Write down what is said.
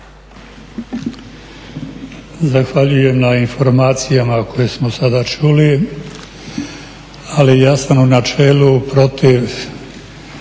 Zahvaljujem na informacijama koje smo sada čuli, ali ja sam u načelu protiv